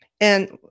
And-